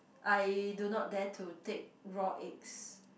I do not dare to take raw eggs